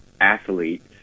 athletes